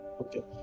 okay